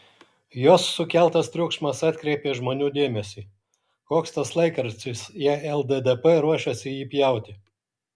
jos sukeltas triukšmas atkreipė žmonių dėmesį koks tas laikraštis jei lddp ruošiasi jį pjauti